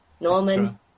norman